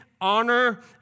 Honor